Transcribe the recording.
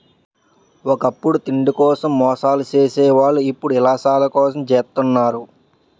ఒకప్పుడు తిండి కోసం మోసాలు సేసే వాళ్ళు ఇప్పుడు యిలాసాల కోసం జెత్తన్నారు